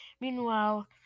Meanwhile